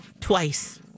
twice